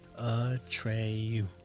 Atreyu